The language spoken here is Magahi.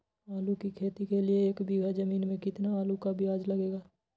आलू की खेती के लिए एक बीघा जमीन में कितना आलू का बीज लगेगा?